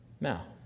now